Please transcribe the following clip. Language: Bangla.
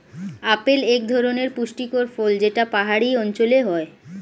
আপেল এক ধরনের পুষ্টিকর ফল যেটা পাহাড়ি অঞ্চলে হয়